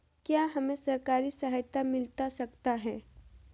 क्या हमे सरकारी सहायता मिलता सकता है?